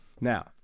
Now